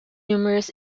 numerous